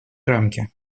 рамки